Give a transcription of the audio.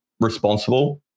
responsible